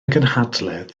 gynhadledd